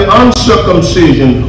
uncircumcision